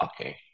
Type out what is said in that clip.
Okay